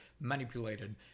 manipulated